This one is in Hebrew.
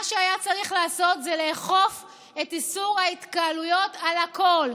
מה שהיה צריך לעשות זה לאכוף את איסור ההתקהלויות על הכול,